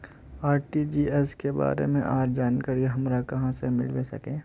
RTGS के बारे में आर जानकारी हमरा कहाँ से मिलबे सके है?